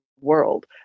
world